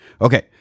Okay